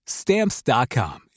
stamps.com